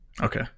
Okay